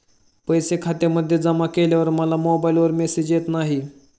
पैसे खात्यामध्ये जमा केल्यावर मला मोबाइलवर मेसेज येत नाही?